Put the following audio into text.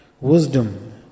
wisdom